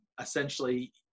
essentially